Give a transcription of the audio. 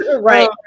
right